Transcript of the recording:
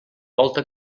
volta